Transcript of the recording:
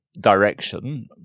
Direction